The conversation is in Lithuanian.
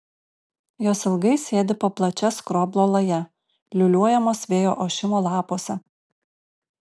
jos ilgai sėdi po plačia skroblo laja liūliuojamos vėjo ošimo lapuose